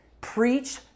Preach